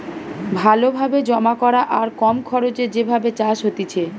ভালো ভাবে জমা করা আর কম খরচে যে ভাবে চাষ হতিছে